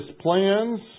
plans